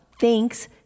Thanks